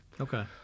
Okay